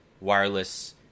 wireless